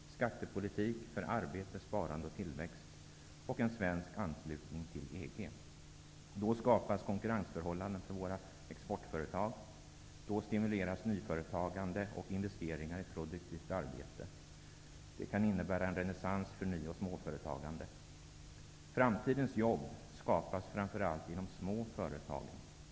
Skattepolitik för arbete, sparande och tillväxt, samt en svensk anslutning till EG. Då skapas bättre konkurrensförhållanden för exportföretag. Då stimuleras nyföretagande och investeringar i produktivt arbete. Det kan innebära en renässans för ny och småföretagande. Framtidens jobb skapas framför allt i de små företagen.